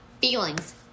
feelings